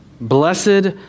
Blessed